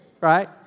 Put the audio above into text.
right